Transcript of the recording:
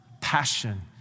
passion